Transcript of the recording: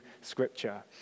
Scripture